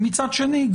ומצד שני,